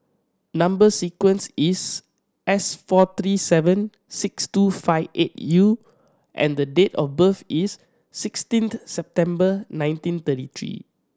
number sequence is S four three seven six two five eight U and the date of birth is sixteenth September nineteen thirty three